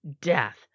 death